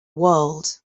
world